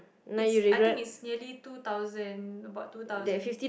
it's I think it's nearly two thousand about two thousand